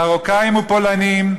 מרוקאים ופולנים,